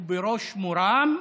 ובראש מורם,